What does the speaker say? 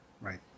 right